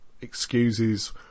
excuses